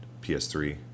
PS3